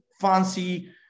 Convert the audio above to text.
fancy